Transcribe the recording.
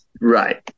Right